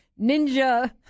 ninja